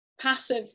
passive